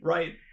Right